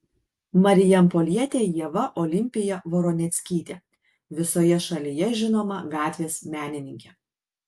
marijampolietė ieva olimpija voroneckytė visoje šalyje žinoma gatvės menininkė